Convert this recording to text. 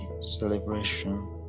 celebration